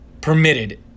permitted